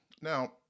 Now